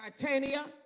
Titania